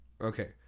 Okay